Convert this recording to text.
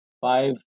Five